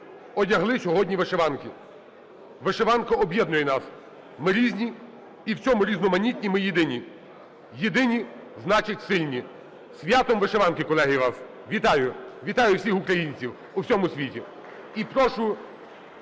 одягли сьогодні вишиванки. Вишиванка об'єднує нас, ми різні, і в цьому різноманітті ми єдині. Єдині – значить, сильні. З святом вишиванки, колеги, вас! Вітаю! Вітаю всіх українців у всьому світі!